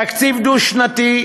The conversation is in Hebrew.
תקציב דו-שנתי,